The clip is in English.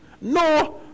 No